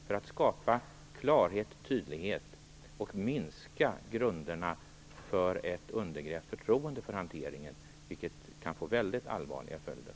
Det skulle skapa klarhet och tydlighet och minska grunderna för ett undergrävt förtroende för hanteringen, vilket skulle få väldigt allvarliga följder.